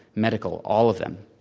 medical, all of them.